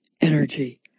energy